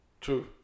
true